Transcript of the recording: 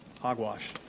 Hogwash